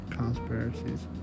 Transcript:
conspiracies